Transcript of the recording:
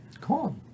Cool